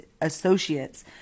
associates